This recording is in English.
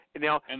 Now